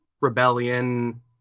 rebellion